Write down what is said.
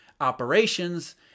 operations